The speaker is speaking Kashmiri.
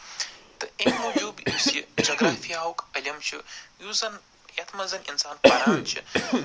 تہٕ امہِ موٗجوٗب یُس یہِ جگرافِہاہُک علم چھُ یُس زن یتھ منٛز زن اِنسان پران چھِ